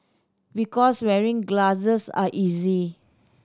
because wearing glasses are easier